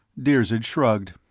dirzed shrugged.